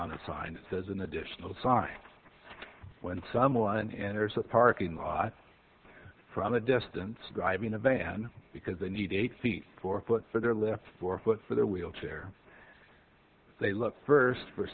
the sign that says an additional sign when someone enters a parking lot from a distance driving a van because they need eight feet four foot for their lift floor for their wheelchair they look first for